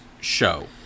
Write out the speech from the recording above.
show